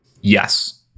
Yes